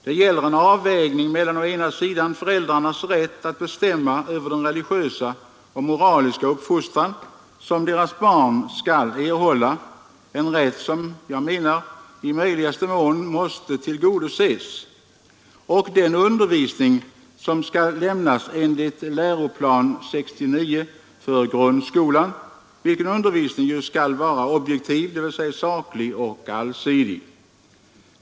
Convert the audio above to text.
Det gäller en avvägning mellan å ena sidan föräldrarnas rätt att bestämma över den religiösa och moraliska uppfostran som deras barn skall erhålla — en rätt som jag menar i möjligaste mån måste tillgodoses — och å andra sidan den undervisning som skall lämnas enligt lgr 69, vilken undervisning skall vara objektiv, dvs. saklig och allsidig.